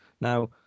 Now